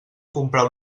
comprar